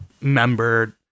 member